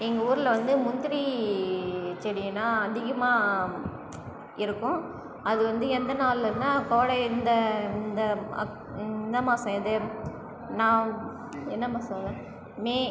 எங்கள் ஊரில் வந்து முந்திரி செடினா அதிகமாக இருக்கும் அது வந்து எந்த நாள்லனா கோடை இந்த இந்த அக் எந்த மாசம் இது நவ என்ன மாசம் ங்க மே